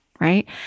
Right